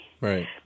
Right